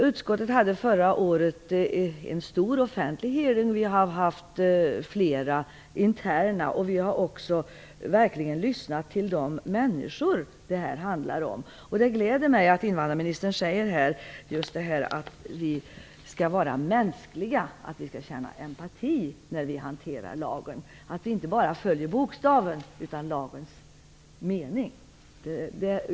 Utskottet hade förra året en stor offentlig hearing, och vi har haft flera interna diskussioner. Vi har också verkligen lyssnat på de människor som det handlar om. Det gläder mig att invandrarministern säger just att vi skall vara mänskliga, att vi skall känna empati när vi hanterar lagen. Vi skall inte bara följa bokstaven, utan lagens mening.